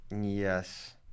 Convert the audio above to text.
yes